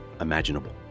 imaginable